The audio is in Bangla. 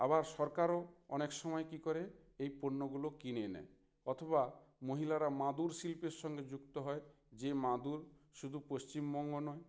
আবার সরকারও অনেক সময় কী করে এই পণ্যগুলো কিনে নেয় অথবা মহিলারা মাদুর শিল্পের সঙ্গে যুক্ত হয় যে মাদুর শুধু পশ্চিমবঙ্গ নয়